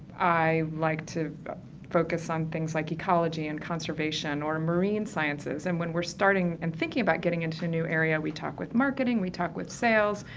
i like to focus on things like ecology and conservation or marine sciences. and when we're starting and thinking about getting into a new area, we talk with marketing, we talk with sales,